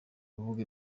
rubuga